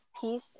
peace